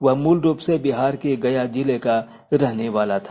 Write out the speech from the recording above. वह मूल रूप से बिहार के गया जिले का रहने वाला था